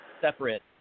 separate